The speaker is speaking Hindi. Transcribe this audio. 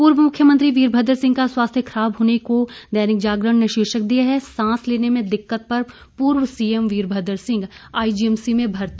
पूर्व मुख्यमंत्री वीरभद्र सिंह का स्वास्थ्य खराब होने को दैनिक जागरण ने शीर्षक दिया है सांस लेने में दिक्कत पर पूर्व सीएम वीरभद्र सिंह आईजीएमसी में भर्ती